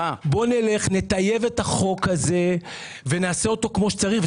בוא נלך, נטייב את החוק הזה ונעשה אותו כמו שצריך.